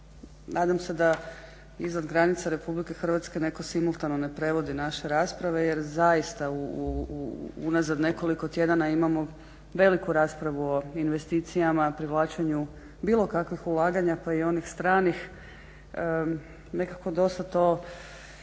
Nadam se da izvan granica RH netko simultano ne prevodi naše rasprave jer zaista unazad nekoliko tjedana imamo veliku raspravu o investicijama, prihvaćanju bilo kakvih ulaganja pa i onih stranih nekako dosta to